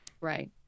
Right